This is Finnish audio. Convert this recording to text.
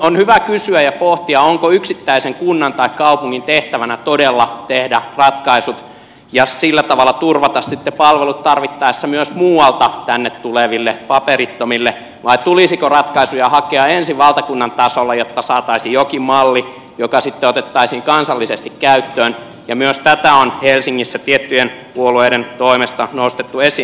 on hyvä kysyä ja pohtia onko yksittäisen kunnan tai kaupungin tehtävänä todella tehdä ratkaisut ja sillä tavalla turvata sitten palvelut tarvittaessa myös muualta tänne tuleville paperittomille vai tulisiko ratkaisuja hakea ensin valtakunnan tasolla jotta saataisiin jokin malli joka sitten otettaisiin kansallisesti käyttöön ja myös tätä on helsingissä tiettyjen puolueiden toimesta nostettu esiin